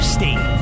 State